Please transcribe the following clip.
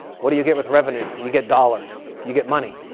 what do you get with revenue? you get dollars. you get money?